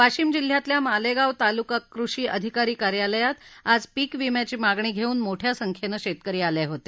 वाशिम जिल्ह्यातल्या मालेगाव तालुका कृषी अधिकारी कार्यालयात आज पीक विम्याची मागणी घेऊन मोठ्या संख्येनं शेतकरी आले होते